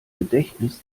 gedächtnis